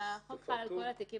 החוק חל על כל התיקים